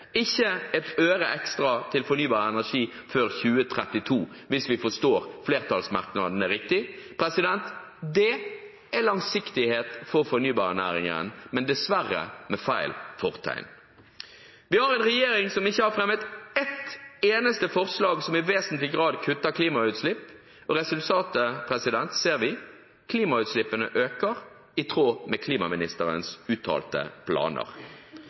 ikke ett øre ekstra til fornybar energi før 2032, hvis vi forstår flertallsmerknadene riktig. Det er langsiktighet for fornybarnæringen, men dessverre med feil fortegn. Vi har en regjering som ikke har fremmet ett eneste forslag som i vesentlig grad kutter klimautslipp. Resultatet ser vi: Klimautslippene øker i tråd med klimaministerens uttalte planer.